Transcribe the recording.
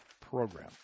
program